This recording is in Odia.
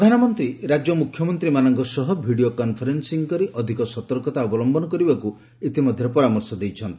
ପ୍ରଧାନମନ୍ତ୍ରୀ ରାଜ୍ୟ ମୁଖ୍ୟମନ୍ତ୍ରୀମାନଙ୍କ ସହ ଭିଡ଼ିଓ କନଫରେନ୍ସିଂ କରି ଅଧିକ ସତର୍କତା ଅବଲମ୍ବନ କରିବାକୁ ପରାମର୍ଶ ଦେଇଛନ୍ତି